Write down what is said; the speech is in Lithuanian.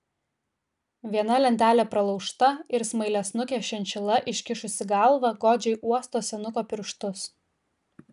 viena lentelė pralaužta ir smailiasnukė šinšila iškišusi galvą godžiai uosto senuko pirštus